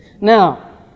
Now